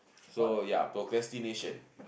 so ya procrastination